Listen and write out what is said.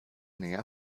näher